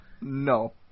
No